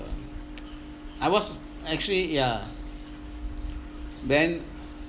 I was actually ya then